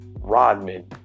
Rodman